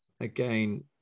again